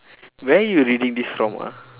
where you reading this from ah